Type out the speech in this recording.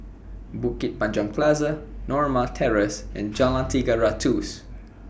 Bukit Panjang Plaza Norma Terrace and Jalan Tiga Ratus